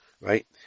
right